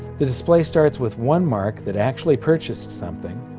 the display starts with one mark that actually purchased something,